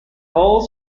all